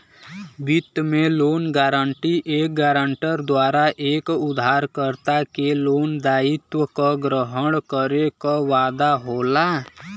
वित्त में loan guarantee एक गारंटर द्वारा एक उधारकर्ता के लोन दायित्व क ग्रहण करे क वादा होला